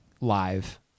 live